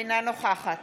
אינה נוכחת